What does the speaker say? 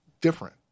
different